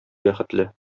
бәхетле